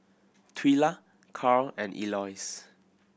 Twila Karl and Elois